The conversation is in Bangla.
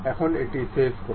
এখন এটি সেভ করুন